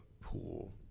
pool